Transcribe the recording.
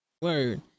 Word